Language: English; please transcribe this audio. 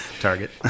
Target